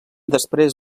després